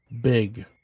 Big